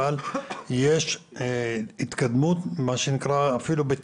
לגבי קרקע מדינה אני מסכים שגם אם נצליח להסיר